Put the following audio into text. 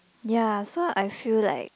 ya so I feel like